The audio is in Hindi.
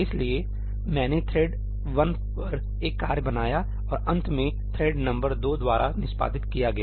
इसलिए मैंने थ्रेड 1 पर एक कार्य बनाया और अंत में थ्रेड नंबर 2 द्वारा निष्पादित किया गया